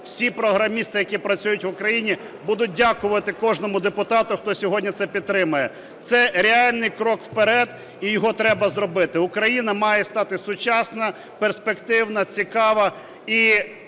всі програмісти, які працюють в Україні, будуть дякувати кожному депутату, хто сьогодні це підтримає, це реальний крок вперед і його треба зробити. Україна має стати сучасна, перспективна, цікава